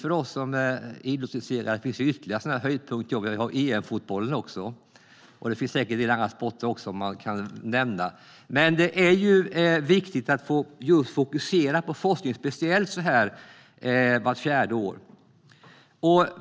För oss som är idrottsintresserade finns det ytterligare höjdpunkter; vi har EM-fotbollen också. Man kan säkert nämna en del andra sporter också. Det är viktigt att fokusera på forskningen, speciellt så här vart fjärde år.